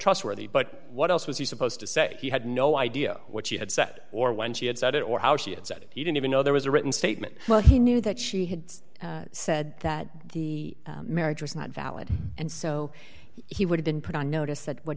trustworthy but what else was he supposed to say he had no idea what she had said or when she had said it or how she had said it he didn't even know there was a written statement well he knew that she had said that the marriage was not valid and so he would have been put on notice that wh